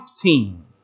team